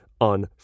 on